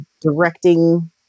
directing